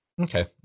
Okay